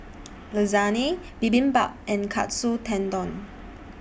Lasagne Bibimbap and Katsu Tendon